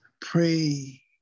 pray